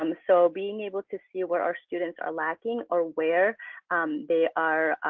um so being able to see where our students are lacking or where they are,